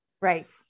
Right